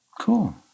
Cool